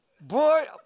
Boy